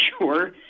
sure